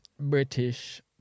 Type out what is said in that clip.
British